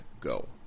go